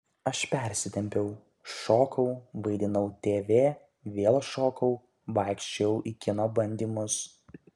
aš persitempiau šokau vaidinau tv vėl šokau vaikščiojau į kino bandymus